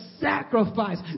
sacrifice